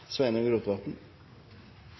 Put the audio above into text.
Sveinung Rotevatn,